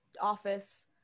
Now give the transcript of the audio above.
office